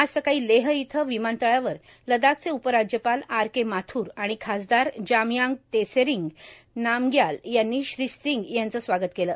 आज सकाळी लेह येथे विमानतळावर लडाखचे उपराज्यपाल आर के माथ्र आणि खासदार जामयांग तसेरिंग नामग्याल यांनी सिंग यांच स्वागत केल